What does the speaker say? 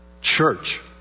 Church